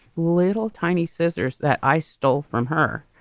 little tiny scissors that i stole from her.